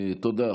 תודה.